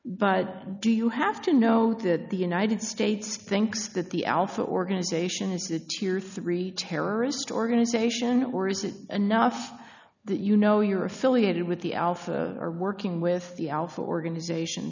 but do you have to know that the united states thinks that the alpha organization has a two year three terrorist organization or is it enough that you know you're affiliated with the alpha or working with the alpha organization